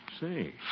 Say